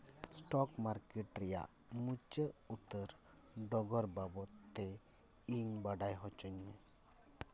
stock market ᱨᱮᱭᱟᱜ ᱢᱩᱪᱟᱹᱫ ᱩᱛᱟᱹᱨ ᱰᱚᱜᱚᱨ ᱵᱟᱵᱚᱫ ᱛᱮ ᱤᱧ ᱵᱟᱰᱟᱭ ᱦᱚᱪᱚᱧ ᱢᱮ